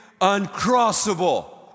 Uncrossable